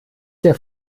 der